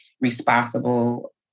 responsible